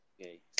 Okay